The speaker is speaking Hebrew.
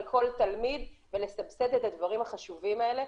כל תלמיד ולסבסד את הדברים החשובים האלה,